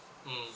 mm